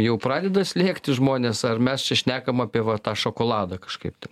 jau pradeda slėgti žmones ar mes čia šnekam apie va tą šokoladą kažkaip tai